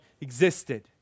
existed